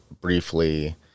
briefly